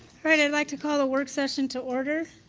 right, i'd like to call the work session to order.